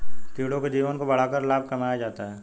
कीड़ों के जीवन को बढ़ाकर लाभ कमाया जाता है